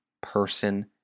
person